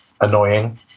annoying